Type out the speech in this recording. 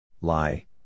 Lie